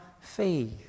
faith